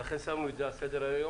ולכן שמנו את זה על סדר היום,